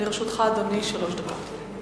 לרשותך, אדוני, שלוש דקות.